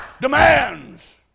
demands